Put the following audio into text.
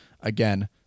again